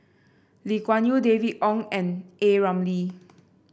Lee Kuan Yew David Wong and A Ramli